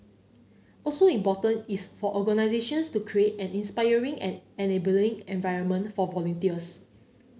also important is for organisations to create an inspiring and enabling environment for volunteers